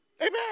Amen